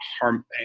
harm